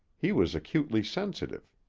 he was acutely sensitive.